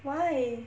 why